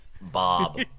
Bob